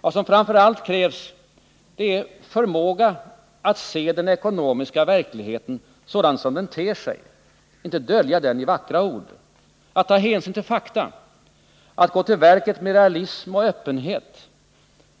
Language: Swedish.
Vad som framför allt krävs är förmåga att se den ekonomiska verkligheten sådan som den ter sig —- inte dölja den i vackra ord. Att ta hänsyn till fakta. Att gå till verket med realism och öppenhet.